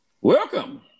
Welcome